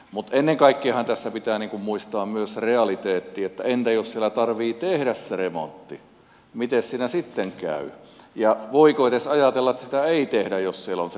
mutta ennen kaikkeahan tässä pitää muistaa myös realiteetti että entä jos siellä tarvitsee tehdä se remontti mites siinä sitten käy ja voiko edes ajatella että sitä ei tehdä jos siellä on se tarve